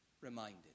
reminded